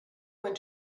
went